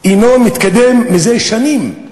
אינו מתקדם, מזה שנים.